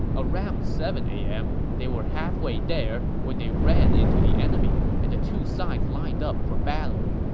around seven a m, they were halfway there when they ran into the enemy, and the two sides lined up for battle.